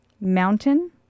Mountain